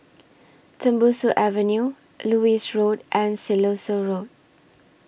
Tembusu Avenue Lewis Road and Siloso Road